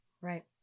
Right